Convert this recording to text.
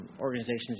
organizations